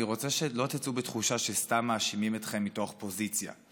תצאו בתחושה שסתם מאשימים אתכם מתוך פוזיציה.